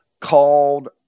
called